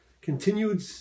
continued